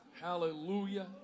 Hallelujah